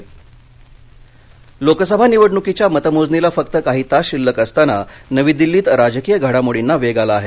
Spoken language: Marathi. राजकीय घडामोडी लोकसभा निवडणुकीच्या मतमोजणीला फक्त काही तास शिल्लक असताना नवी दिल्लीत राजकीय घडामोडींना वेग आला आहे